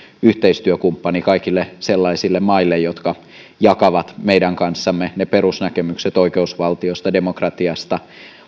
yhteistyökumppani kaikille sellaisille maille jotka jakavat meidän kanssamme ne perusnäkemykset oikeusvaltiosta demokratiasta